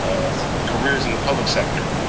careers in the public sector.